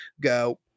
go